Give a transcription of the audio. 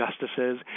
justices